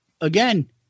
again